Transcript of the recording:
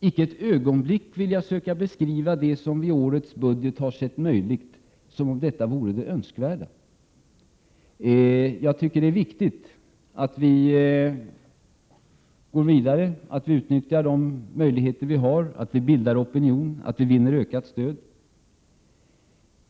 Icke ett ögonblick vill jag söka beskriva det som vi i årets budget har sett som möjligt som om det vore det önskvärda. Jag tycker att det är viktigt att vi går vidare, att vi utnyttjar de möjligheter vi har, att vi bildar opinion och att vi vinner ökat stöd.